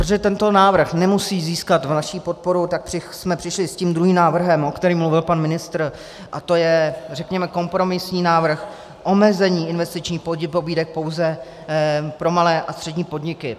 Protože tento návrh nemusí získat vaši podporu, tak jsme přišli s tím druhým návrhem, o kterém mluvil pan ministr, a to je řekněme kompromisní návrh omezení investičních pobídek pouze pro malé a střední podniky.